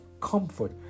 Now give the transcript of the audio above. comfort